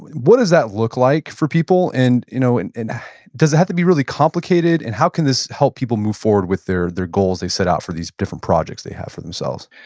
what does that look like for people? and you know and and does it have to be really complicated? and how can this help people move forward with their their goals they set out for these different projects they have for themselves?